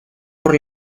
por